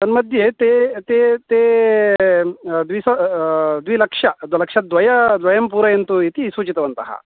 तन्मध्ये ते ते ते द्विस द्विलक्षं तत् लक्षद्वयं पूरयन्तु इति सूचितवन्तः